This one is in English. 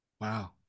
Wow